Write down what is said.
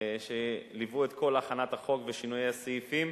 שליוו את כל הכנת החוק ושינויי הסעיפים,